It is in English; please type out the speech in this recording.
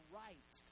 right